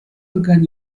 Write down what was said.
begann